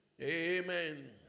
Amen